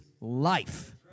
life